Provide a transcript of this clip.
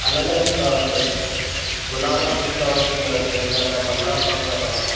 अलॻि अलॻि क प गुलाब जा गुल अथव इअ छा चईंदो आहे पंद्रहं सौ रुपिया अथव